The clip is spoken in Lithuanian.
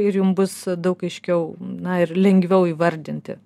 ir jum bus daug aiškiau na ir lengviau įvardinti